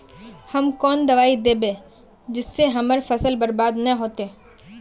हम कौन दबाइ दैबे जिससे हमर फसल बर्बाद न होते?